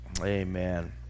amen